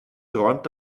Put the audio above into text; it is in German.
träumt